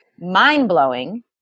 mind-blowing